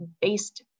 based